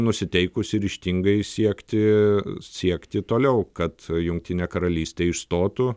nusiteikusi ryžtingai siekti siekti toliau kad jungtinė karalystė išstotų